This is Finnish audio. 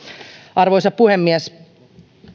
arvoisa puhemies